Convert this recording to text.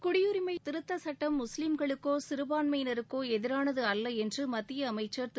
குடியுரிமை திருத்த சட்டம் முஸ்லீம்களுக்கோ சிறுபான்மையினருக்கோ எதிரானது அல்ல என்று மத்திய அமைச்சர் திரு